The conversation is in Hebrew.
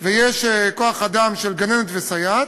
ויש כוח-אדם של גננת וסייעת,